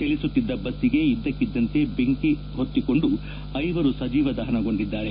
ಚಲಿಸುತ್ತಿದ್ದ ಬಸ್ನಿಗೆ ಇದ್ದಕ್ಕಿದ್ದಂತೆ ಬೆಂಕಿ ಹತ್ತಿಕೊಂಡು ಐವರು ಸಜೀವ ದಹನಗೊಂಡಿದ್ದಾರೆ